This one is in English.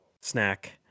snack